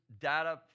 data